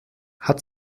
hat